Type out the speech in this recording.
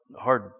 hard